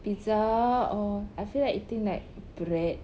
pizza or I feel like eating like bread